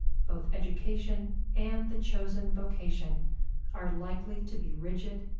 both education and the chosen vocation are likely to be rigid,